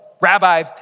Rabbi